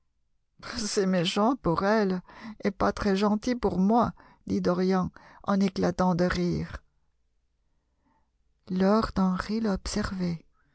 c'est méchant pour elle et pas très gentil pour moi dit dorian en éclatant de rire lord henry l'observait